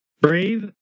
Breathe